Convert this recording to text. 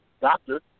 doctor